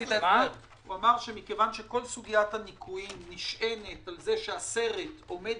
הוא אמר שמכיוון שכל סוגיית הניכויים נשענת על זה שהסרט עומד